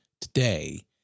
today